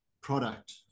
product